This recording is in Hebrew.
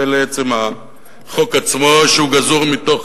ולעצם החוק עצמו, שהוא גזור מתוך